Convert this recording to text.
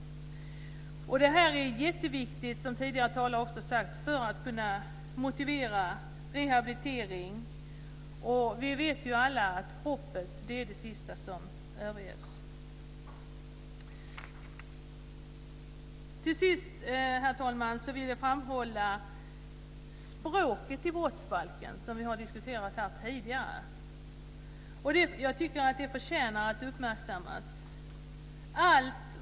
Det här är jätteviktigt, som tidigare talare också har sagt, för att kunna motivera rehabilitering. Vi vet ju alla att hoppet är det sista som överges. Till sist, herr talman, vill jag framhålla språket i brottsbalken, som vi har diskuterat här tidigare. Jag tycker att det förtjänar att uppmärksammas.